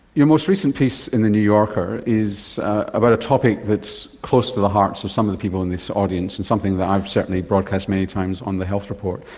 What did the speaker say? your most recent piece in the new yorker is about a topic that's close to the hearts of some of the people in this audience and something that i've certainly broadcast many times on the health report,